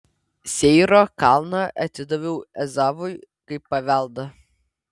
seyro kalną atidaviau ezavui kaip paveldą